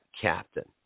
captain